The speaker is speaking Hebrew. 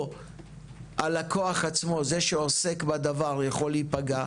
או הלקוח עצמו זה שעוסק בדבר עלול להיפגע,